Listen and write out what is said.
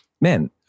man